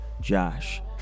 Josh